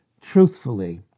truthfully